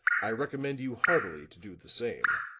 i recommend you heartily to do the same.